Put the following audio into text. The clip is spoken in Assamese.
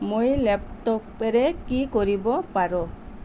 মই লেপটপেৰে কি কৰিব পাৰোঁ